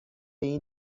این